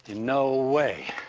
no way.